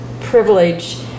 privilege